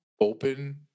open